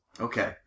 Okay